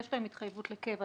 יש להם התחייבות לקבע,